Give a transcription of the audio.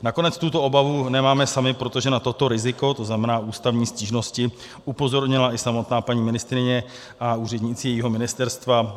Nakonec tuto obavu nemáme sami, protože na toto riziko, tzn. ústavní stížnosti, upozornila i samotná paní ministryně a úředníci jejího ministerstva.